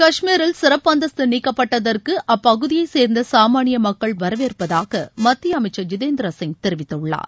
காஷ்மீரில் சிறப்பு அந்தஸ்து நீக்கப்பட்டதற்கு அப்பகுதியை சேர்ந்த சாமானிய மக்கள் வரவேற்பதாக மத்திய அமைச்சர் ஜிதேந்திர சிங் தெரிவித்துள்ளார்